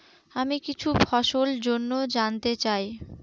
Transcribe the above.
আমি কিছু ফসল জন্য জানতে চাই